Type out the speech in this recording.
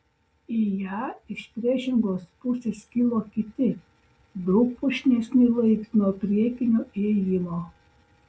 į ją iš priešingos pusės kilo kiti daug puošnesni laiptai nuo priekinio įėjimo